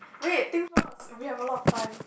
wait think first we have a lot of time